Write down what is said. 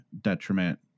detriment